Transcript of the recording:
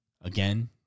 Again